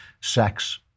sex